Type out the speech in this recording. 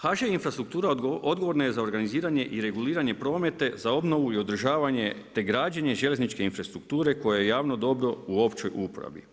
HŽ Infrastruktura odgovorna je za organiziranje i reguliranje prometa za obnovu i održavanje, te građenje željezničke infrastrukture koja je javno dobro u općoj upravi.